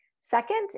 Second